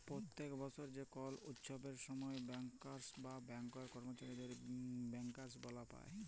প্যত্তেক বসর যে কল উচ্ছবের সময় ব্যাংকার্স বা ব্যাংকের কম্মচারীরা ব্যাংকার্স বলাস পায়